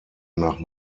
nach